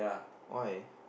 why